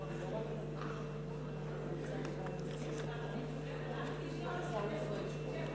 עומדות לרשותך עשר דקות.